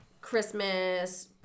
christmas